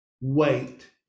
Wait